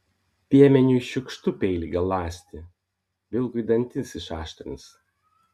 piemeniui šiukštu peilį galąsti vilkui dantis išaštrins